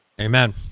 Amen